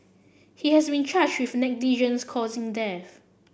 he has been charged with negligence causing death